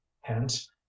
hence